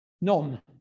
none